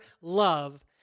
love